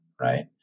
right